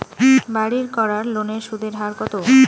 বাড়ির করার লোনের সুদের হার কত?